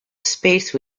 space